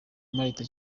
malta